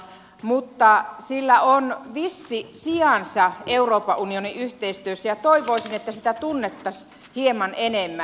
mutta sillä on vissi sijansa euroopan unionin yhteistyössä ja toivoisin että sitä tunnettaisiin hieman enemmän